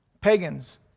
Pagans